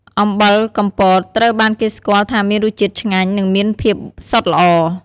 អំបិលកំពតត្រូវបានគេស្គាល់ថាមានរសជាតិឆ្ងាញ់ និងមានភាពសុទ្ធល្អ។